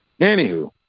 anywho